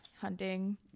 hunting